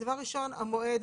דבר ראשון, המועד.